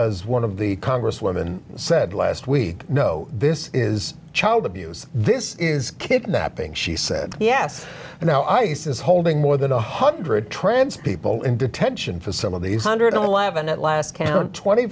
as one of the congresswoman said last week no this is child abuse this is kidnapping she said yes and now i says holding more than one hundred trans people in detention facilities hundred eleven at last count twenty